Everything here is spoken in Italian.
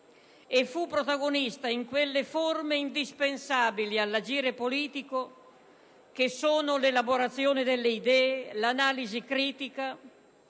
europeo e in quelle forme indispensabili all'agire politico che sono l'elaborazione delle idee, l'analisi critica,